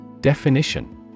Definition